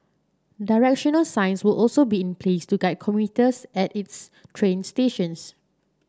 directional signs will also be in place to guide commuters at its train stations